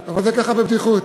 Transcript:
אבל זה ככה בבדיחות.